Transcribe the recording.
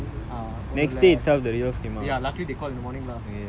because she was damn scared so luckily the next day we went ah ஒண்ணுலே:onnulae